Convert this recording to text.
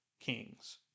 kings